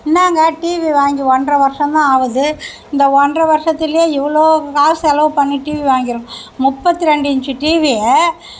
என்னாங்க டிவி வாங்கி ஒன்றரை வருஷம் தான் ஆகுது இந்த ஒன்றரை வருஷத்திலேயே இவ்வளோ காசு செலவு பண்ணி டிவி வாங்கிருக் முப்பத்தி ரெண்டு இன்ச் டிவியை